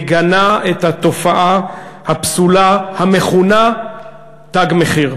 מגנה את התופעה הפסולה המכונה "תג מחיר".